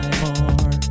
more